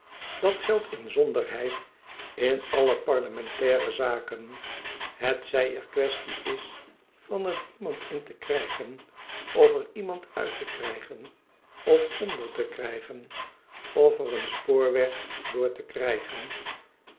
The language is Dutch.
dat geldt inzonderheid in alle parlementaire zaken hetzij er quaestie is van er iemand in te krijgen of er iemand uit te krijgen of onder te krijgen of er een spoorwegdoor te krijgen